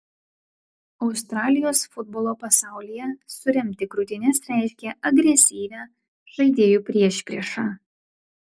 australijos futbolo pasaulyje suremti krūtines reiškia agresyvią žaidėjų priešpriešą